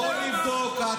בוא נבדוק.